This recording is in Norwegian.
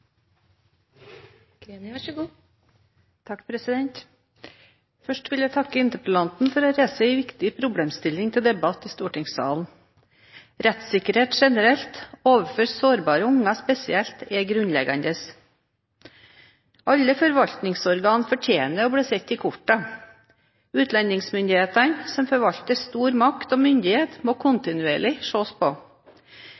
Først vil jeg takke interpellanten for å reise en viktig problemstilling til debatt i stortingssalen. Rettssikkerhet generelt, og overfor sårbare unger spesielt, er grunnleggende. Alle forvaltningsorganer fortjener å bli sett i kortene. Utlendingsmyndighetene, som forvalter stor makt og myndighet, må